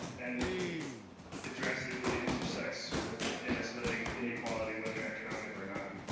and it drastically intersections with an escalating inequalities, whether economic or not.